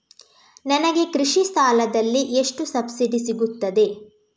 ನನಗೆ ಕೃಷಿ ಸಾಲದಲ್ಲಿ ಎಷ್ಟು ಸಬ್ಸಿಡಿ ಸೀಗುತ್ತದೆ?